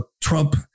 Trump